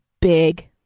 big